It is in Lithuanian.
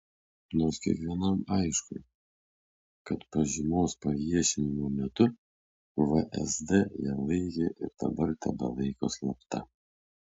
nors kiekvienam aišku kad pažymos paviešinimo metu vsd ją laikė ir dabar tebelaiko slapta